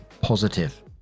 positive